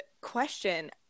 question